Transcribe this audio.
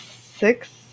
six